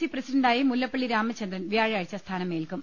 C പ്രസിഡന്റായി മുല്ലപ്പള്ളി രാമചന്ദ്രൻ വ്യാഴാഴ്ച സ്ഥാനമേൽക്കും